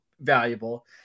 valuable